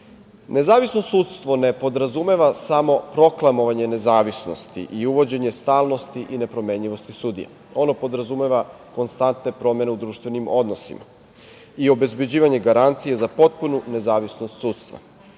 proces. Nezavisno sudstvo podrazumeva samoproklamovanje nezavisnosti i uvođenje stalnosti i nepromenjivosti sudija. Ono podrazumeva konstantne promene u društvenim odnosima i obezbeđivanje garancije za potpunu nezavisnost sudstva,